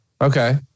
Okay